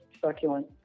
succulent